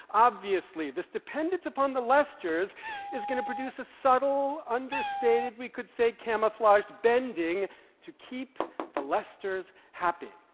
obviously, this dependence upon the lesters is going to produce a subtle, understated, we could say camouflaged, bending to keep the lesters happy.